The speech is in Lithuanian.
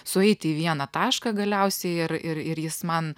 sueiti į vieną tašką galiausiai ir ir ir jis man